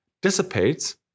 dissipates